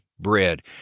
bread